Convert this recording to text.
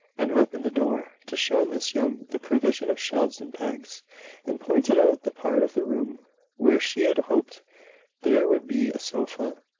and opened the door, to show miss young the provision of shelves and pegs and pointed out the part of the room where she had hoped there would be a sofa.